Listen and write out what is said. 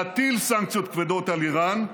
להטיל סנקציות כבדות על איראן,